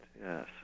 Yes